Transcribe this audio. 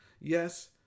yes